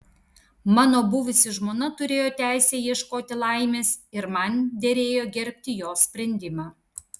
mano buvusi žmona turėjo teisę ieškoti laimės ir man derėjo gerbti jos sprendimą